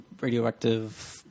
radioactive